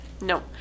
No